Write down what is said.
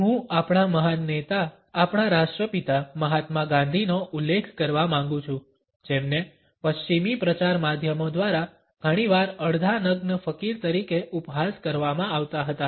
હું આપણા મહાન નેતા આપણા રાષ્ટ્રપિતા મહાત્મા ગાંધીનો ઉલ્લેખ કરવા માંગુ છું જેમને પશ્ચિમી પ્રચાર માધ્યમો દ્વારા ઘણીવાર અડધા નગ્ન ફકીર તરીકે ઉપહાસ કરવામાં આવતા હતા